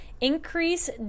Increase